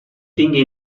tingui